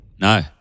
No